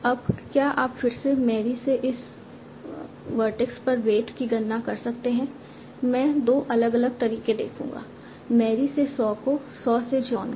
अब क्या आप फिर से मैरी से इस वर्टेक्स पर वेट की गणना कर सकते हैं मैं 2 अलग अलग तरीके देखूंगा मैरी से सॉ को सॉ से जॉन को